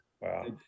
Wow